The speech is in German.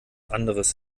anderes